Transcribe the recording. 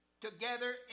together